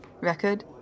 record